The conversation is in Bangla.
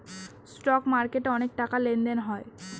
স্টক মার্কেটে অনেক টাকার লেনদেন হয়